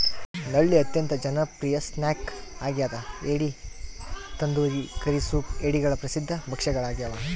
ನಳ್ಳಿ ಅತ್ಯಂತ ಜನಪ್ರಿಯ ಸ್ನ್ಯಾಕ್ ಆಗ್ಯದ ಏಡಿ ತಂದೂರಿ ಕರಿ ಸೂಪ್ ಏಡಿಗಳ ಪ್ರಸಿದ್ಧ ಭಕ್ಷ್ಯಗಳಾಗ್ಯವ